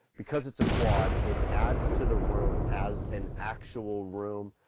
because it's a quad, it adds to the room as an actual room.